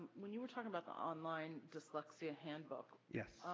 when you were talking about the online dyslexia handbook. yes.